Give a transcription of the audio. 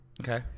Okay